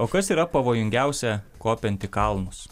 o kas yra pavojingiausia kopiant į kalnus